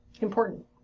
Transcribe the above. important